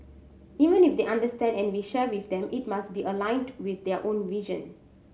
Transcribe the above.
even if they understand and we share with them it must be aligned with their own vision